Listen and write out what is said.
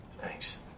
thanks